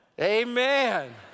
Amen